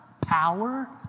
power